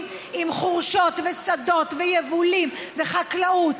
עם חורשות ושדות ויבולים וחקלאות,